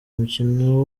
umukino